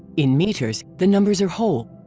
in meters, the numbers are whole.